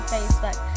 Facebook